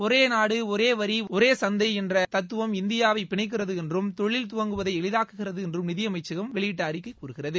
ஒரே நாடு ஒரே வரி ஒரே சந்தை என்ற தத்துவம் இந்தியாவை பிணைக்கிறது என்றும் தொழில் துவங்குவதை எளிதாக்குகிறது என்றும் நிதியமைச்சகம் வெளியிட்ட அறிக்கை கூறுகிறது